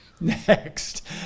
Next